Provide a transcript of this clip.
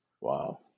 Wow